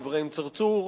אברהים צרצור,